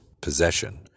possession